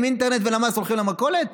עם אינטרנט ולמ"ס הולכים למכולת?